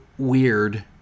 Weird